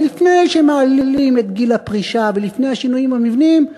עוד לפני שמעלים את גיל הפרישה ולפני השינויים המבניים,